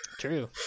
true